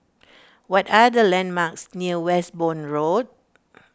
what are the landmarks near Westbourne Road